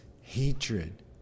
hatred